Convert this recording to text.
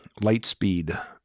Lightspeed